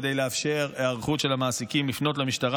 כדי לאפשר היערכות של המעסיקים לפנות למשטרה